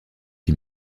qui